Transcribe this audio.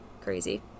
Crazy